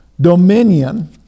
dominion